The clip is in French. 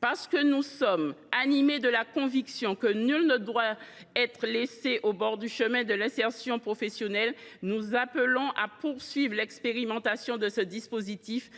Parce que nous sommes animés de la conviction que nul ne doit être laissé au bord du chemin de l’insertion professionnelle, nous appelons à poursuivre l’expérimentation de ce dispositif